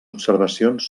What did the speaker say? observacions